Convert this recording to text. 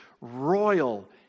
royal